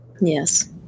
yes